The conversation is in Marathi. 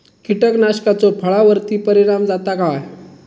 कीटकनाशकाचो फळावर्ती परिणाम जाता काय?